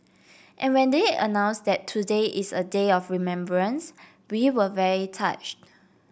and when they announced that today is a day of remembrance we were very touched